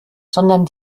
sondern